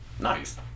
nice